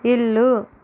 ఇల్లు